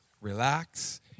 Relax